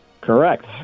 correct